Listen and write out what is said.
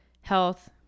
health